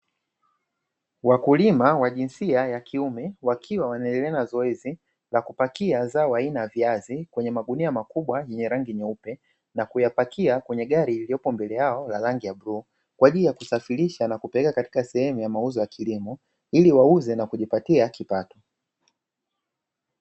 Wakulima wa jinsia ya kiume wakiwa wanaendelea na zoezi la kupakia zao aina viazi kwenye magunia makubwa yenye rangi nyeupe, na kuyapakia kwenye gari iliyopo mbele yao na rangi ya bluu, kwa ajili ya kusafirisha na kupeleka katika sehemu ya mauzo ya kilimo ili wauze na kujipatia kipato.